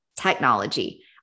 technology